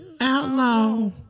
Outlaw